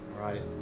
Right